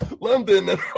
London